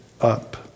up